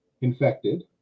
infected